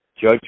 Judge